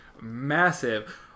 massive